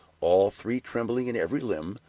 all three trembling in every limb,